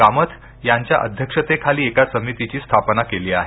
कामथ यांच्या अध्यक्षतेखाली एका समितीची स्थापना केली आहे